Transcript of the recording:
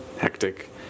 hectic